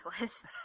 list